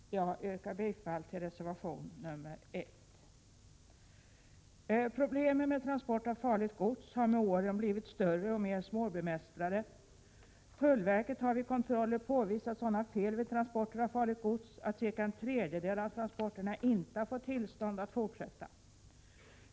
Jag yrkar bifall till reservation 1. Problemen med transport av farligt gods har med åren blivit större och mer svårbemästrade. Tullverket har vid kontroller påvisat sådana fel vid transporter av farligt gods att cirka en tredjedel av transporterna inte har fått tillstånd att fortsätta.